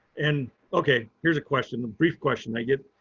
and okay here's a question. the brief question i get,